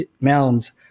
mounds